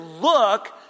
look